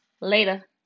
later